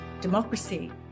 democracy